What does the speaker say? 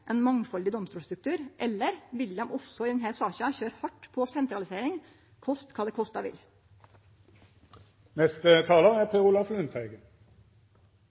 domstolstruktur, eller vil dei også i denne saka køyre hardt på sentralisering – koste kva det koste